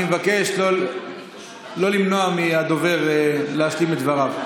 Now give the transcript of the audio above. אני מבקש לא למנוע מהדובר להשלים את דבריו.